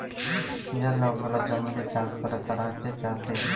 যে লক গুলা জমিতে চাষ ক্যরে তারা হছে চাষী